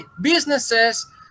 businesses